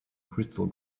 crystal